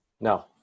No